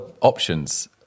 options